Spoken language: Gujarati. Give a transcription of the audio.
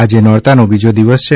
આજે નોરતાનો બીજો દિવસ છે